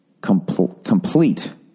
complete